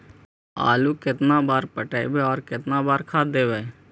आलू केतना बार पटइबै और केतना बार खाद देबै?